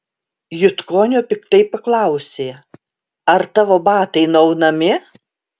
jutkonio piktai paklausė ar tavo batai nuaunami